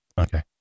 Okay